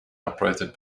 operated